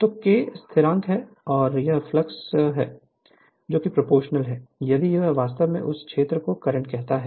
तो K स्थिरांक है और यह फ्लक्स और फ्लक्स I के प्रोपोर्शनल है यदि वह वास्तव में उस क्षेत्र को करंट कहता है